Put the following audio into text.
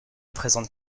présente